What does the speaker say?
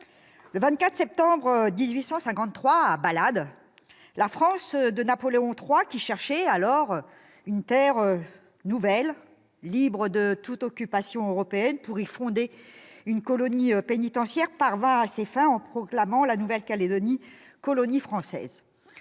Le 24 septembre 1853, à Balade, la France de Napoléon III, qui cherchait alors une terre nouvelle, libre de toute occupation européenne, pour y fonder une colonie pénitentiaire, parvint à ses fins, en proclamant la Nouvelle-Calédonie colonie française.